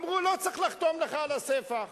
אמרו: לא צריך לחתום לך על הספח.